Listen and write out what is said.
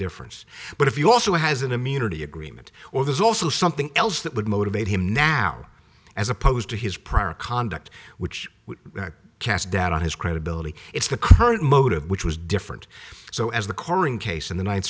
difference but if you also has an immunity agreement or there's also something else that would motivate him now as opposed to his prior conduct which would cast doubt on his credibility it's the current motive which was different so as the coring case in the ninth